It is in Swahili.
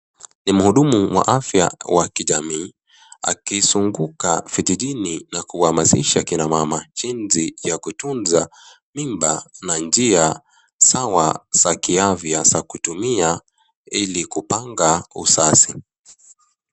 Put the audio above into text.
Ni mhudumu wa afya wa kijamii akizunguka vijijini na kuhamasisha kina mama jinsi ya kutunza mimba na njia sawa za kiafya za kutumia ili kupanga uzazi.